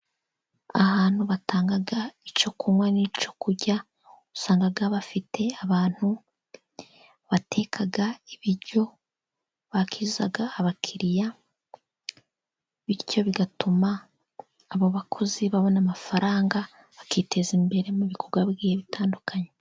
Ahantu batanga icyo kunywa n'icyo kurya usanga bafite abantu bateka ibiryo, bakiza abakiriya bityo bigatuma abo bakozi babona amafaranga bakiteza imbere mu bikorwa bigiye bitandukanye.